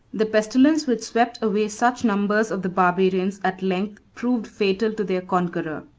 the pestilence which swept away such numbers of the barbarians, at length proved fatal to their conqueror.